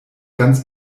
ganz